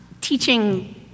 teaching